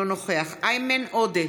אינו נוכח איימן עודה,